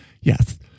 Yes